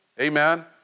Amen